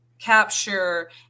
capture